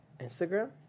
Instagram